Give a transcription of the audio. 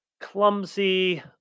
clumsy